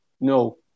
No